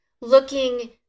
looking